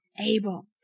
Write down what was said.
able